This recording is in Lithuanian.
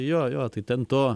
jo jo tai ten to